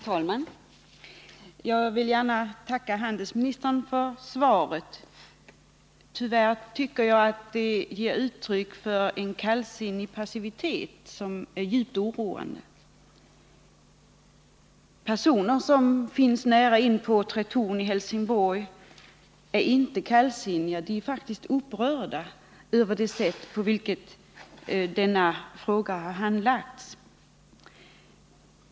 Herr talman! Jag vill gärna tacka handelsministern för svaret. Tyvärr tycker jag att det ger uttryck för en kallsinnig passivitet som är djupt oroande. Personer som finns nära inpå Tretorn i Helsingborg är inte kallsinniga. De är faktiskt upprörda över det sätt på vilket denna fråga har handlagts.